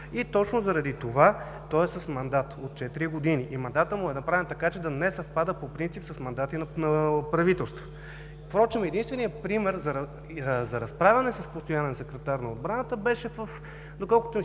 Точно заради това той е с мандат от четири години и мандатът му е направен така, че да не съвпада по принцип с мандати на правителство. Впрочем единственият пример за разправяне с постоянен секретар в Министерството на отбраната беше, доколкото си